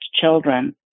children